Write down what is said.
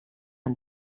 ein